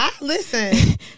Listen